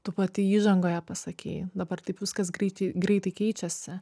tu pati įžangoje pasakei dabar taip viskas greitai greitai keičiasi